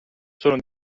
sono